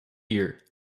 ear